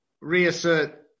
reassert